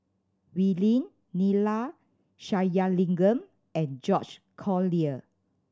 Wee Lin Neila Sathyalingam and George Collyer